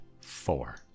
four